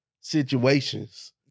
situations